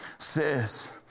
says